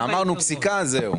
אמרנו "פסיקה" זהו.